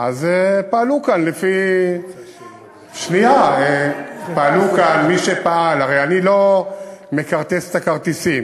אז פעלו כאן, הרי אני לא מכרטס את הכרטיסים.